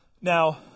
Now